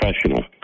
professional